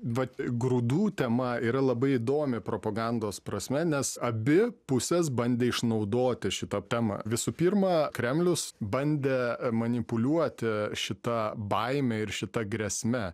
vat grūdų tema yra labai įdomi propagandos prasme nes abi pusės bandė išnaudoti šitą temą visų pirma kremlius bandė manipuliuoti šita baime ir šita grėsme